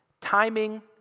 Timing